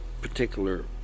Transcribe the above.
particular